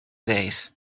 days